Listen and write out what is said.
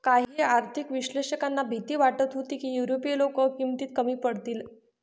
काही आर्थिक विश्लेषकांना भीती वाटत होती की युरोपीय लोक किमतीत कमी पडतील